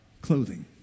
clothing